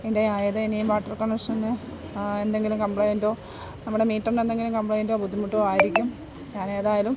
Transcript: ഇടയായത് ഇനി വാട്ടർ കണക്ഷന് എന്തെങ്കിലും കംപ്ലയിൻറോ നമ്മുടെ മീറ്ററിന് എന്തെങ്കിലും കംപ്ലയിൻറോ ബുദ്ധിമുട്ടോ ആയിരിക്കും ഞാൻ ഏതായാലും